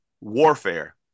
warfare